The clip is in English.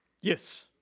Yes